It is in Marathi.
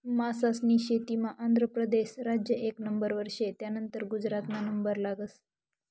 मासास्नी शेतीमा आंध्र परदेस राज्य एक नंबरवर शे, त्यानंतर गुजरातना नंबर लागस